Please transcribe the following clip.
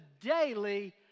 daily